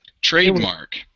trademark